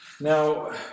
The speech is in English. Now